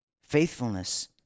faithfulness